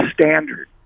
standard